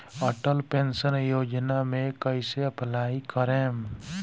Atal pension योजना मे कैसे अप्लाई करेम?